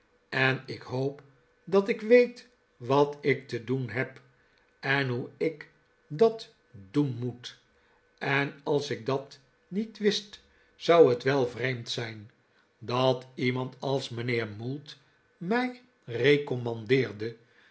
en ik hoop dat ik weet wat ik te doen heb en hoe ik dat doen moet en als ik dat niet wist zou het wel vreemd zijn dat iemand als mijnheer mould mij recommandeerde